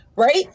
Right